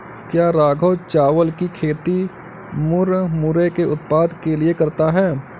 क्या राघव चावल की खेती मुरमुरे के उत्पाद के लिए करता है?